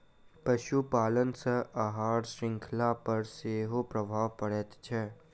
पशुपालन सॅ आहार शृंखला पर सेहो प्रभाव पड़ैत छै